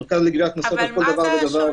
המרכז לגביית קנסות, כל דבר ודבר.